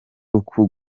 uku